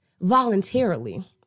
voluntarily